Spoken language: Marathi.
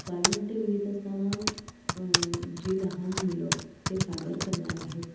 बालनाट्य लिहीत असताना जी लहान मुलं ते सादर करणार आहेत